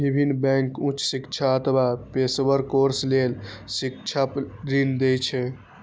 विभिन्न बैंक उच्च शिक्षा अथवा पेशेवर कोर्स लेल शिक्षा ऋण दै छै